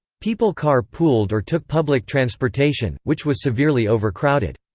people car pooled or took public transportation, which was severely overcrowded.